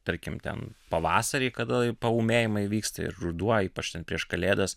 tarkim ten pavasarį kada paūmėjimai vyksta ir ruduo ypač ten prieš kalėdas